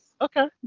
Okay